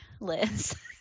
liz